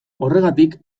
horregatik